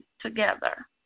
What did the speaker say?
together